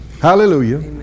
hallelujah